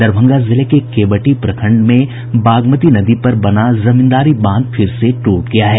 दरभंगा जिले के केवटी प्रखंड में बागमती नदी पर बना जमींदारी बांध फिर से ट्रट गया है